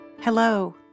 Hello